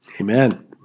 Amen